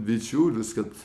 bičiulis kad